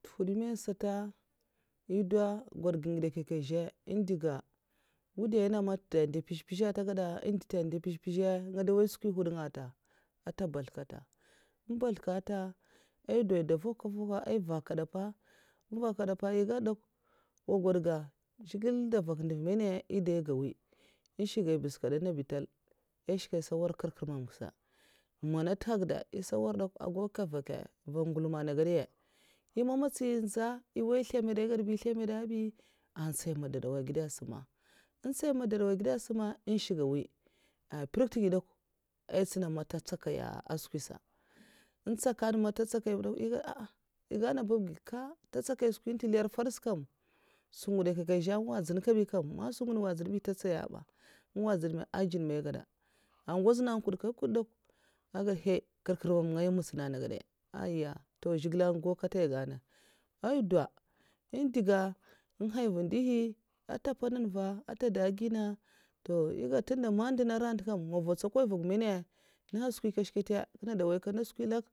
Ntuhwud mèyn sata eh dwo gwodga ngide nkye nkye za' ehn dui ga wudai nenga mak nta dwu' da mpezh mpeza nte gada nte da dui mpez'mpeza skwi nhwud nga nta, nta basl kata, n' basl kata eh dow da vak'kava ba eh vakda mpa, eh vak'kada mpa eh ged dekwa nwa gwodga zhigile da nvak ndev mana eh dai mwi ehn shk ga ai mbèzh kada nabital'ai shkè' aisa war ka kre kr'mamga sa amana ntu nha'nhwuda ai sa nwar dekwa agau nke ava nke? Va nguluma ana gadayè nyi mama sti ai nza eh wai'slèmbad èh gèd ba èh zlèmbad'bi antsai mada'dau'gèd sama, antsai mada'dau'gèd sima ai shkga mwi ah mprèk tgi' dè kwa'ai tsèna man tè tsakai skwisa an ntsakaina man nte tsakai dekwa èh gwod ahah eh gana babgiga ka ntè tsakai skwi ntè nlèrr' è fad sa kam skwi ngide nkye nkye an nwadzina kam man sungwud nwadzina bi nte tsakaye ba an nwadzina ma adzun bai ai gana an ngwaz na nkwudka nkwud dekwa aigad haiii kre kèr'mam ngaya un mètsèna nagadaya aiya nto zhigile an gau kata ai gana ai dwo an dyi ga an nhoya'nva ndihi nta mpanan nva an nta da gui nenga to eh gada tun da man ehn nduna aranta kam nva nvotsakwai vwag mana naha skwi kyashkata eh kinne duo nwoya akana skwi lak